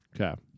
Okay